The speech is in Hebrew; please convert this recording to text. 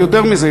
אבל יותר מזה,